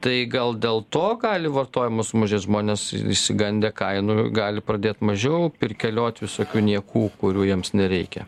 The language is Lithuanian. tai gal dėl to gali vartojimas sumažės žmonės išsigandę kainų gali pradėt mažiau pirkelioti visokių niekų kurių jiems nereikia